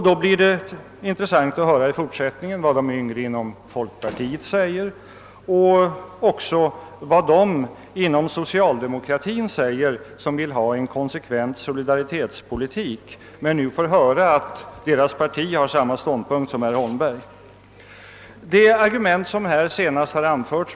Det blir intressant att höra i fortsättningen vad de yngre inom folkpartiet säger och likaså vad de inom socialdemokratin säger, som vill ha en konsekvent solidaritetspolitik men nu får höra att deras parti har samma ståndpunkt som herr Holmberg.